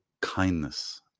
kindness